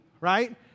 right